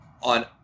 on